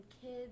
kids